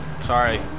Sorry